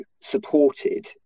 supported